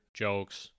jokes